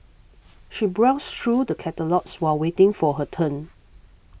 she browsed through the catalogues while waiting for her turn